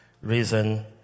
reason